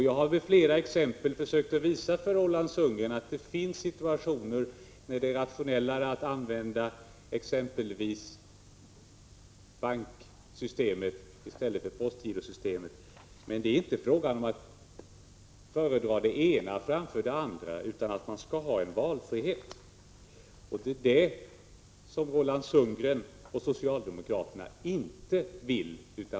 Jag har genom flera exempel försökt visa Roland Sundgren att det finns situationer när det är mera rationellt att använda exempelvis bankernas system i stället för postgirot. Det är inte fråga om att föredra det ena framför det andra, utan om att man skall ha valfrihet. Det vill inte Roland Sundgren och socialdemokraterna ha.